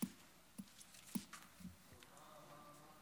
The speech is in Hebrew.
על הצורך במילוי השורות, על החוסר